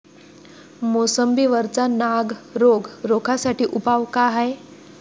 मोसंबी वरचा नाग रोग रोखा साठी उपाव का हाये?